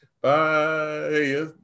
bye